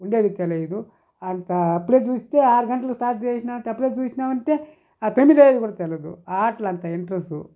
ఉండేది తెలీదు అట్ట అప్పుడే చూస్తే ఆరు గంటలకి స్టార్ట్ చేసిన అప్పుడే చూసినావంటే కూడా తెలవదు ఆ ఆటలు అంత ఇంటరెస్టు